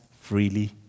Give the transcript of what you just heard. freely